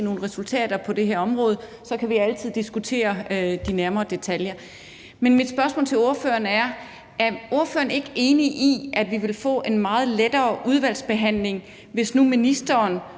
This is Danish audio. nogle resultater på det her område. Så kan vi altid diskutere de nærmere detaljer. Men mit spørsmål til ordføreren er: Er ordføreren ikke enig i, at vi ville få en meget lettere udvalgsbehandling, hvis nu ministeren